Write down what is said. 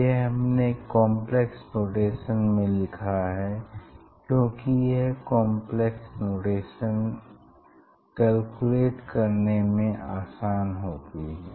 यह हमने complex notation में लिखा है क्योंकि यह काम्प्लेक्स नोटेशन कैलकुलेट करने में आसान होती है